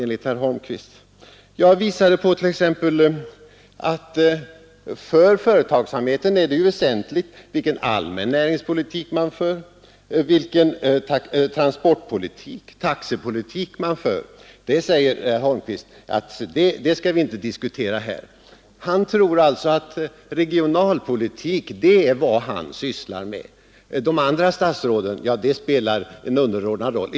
Jag påpekade t.ex. att det för företagsamheten är väsentligt vilken allmän 83 näringspolitik man för, vilken transportpolitik, taxepolitik. Men herr Holmqvist sade att vi inte skulle diskutera det här. Han tror att regionalpolitik det är det han sysslar med. De andra statsråden spelar en underordnad roll.